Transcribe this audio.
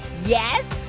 yes,